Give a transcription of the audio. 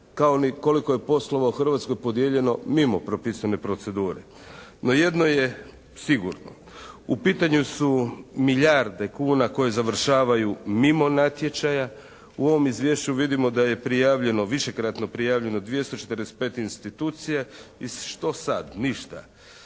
kao ni koliko je poslova u Hrvatskoj podijeljeno mimo propisane procedure. No jedno je sigurno. U pitanju su milijarde kune koje završavaju mimo natječaja. U ovom Izvješću vidimo da je prijavljeno, višekratno prijavljeno 245 institucija. I što sad? Ništa.